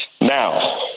Now